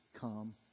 come